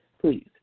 Please